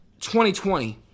2020